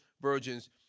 virgins